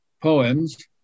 poems